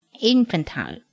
infantile